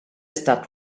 start